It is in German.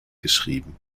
geschrieben